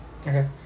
Okay